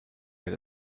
that